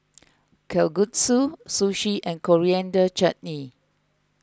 Kalguksu Sushi and Coriander Chutney